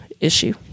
issue